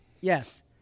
Yes